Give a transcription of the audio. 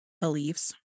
beliefs